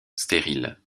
stériles